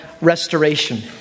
restoration